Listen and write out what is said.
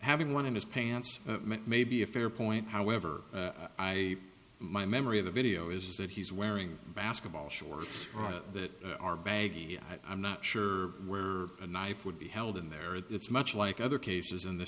having one in his pants may be a fair point however i my memory of the video is that he's wearing basketball shorts that are baggy i'm not sure where a knife would be held in there it's much like other cases in the